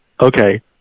Okay